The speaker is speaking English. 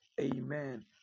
Amen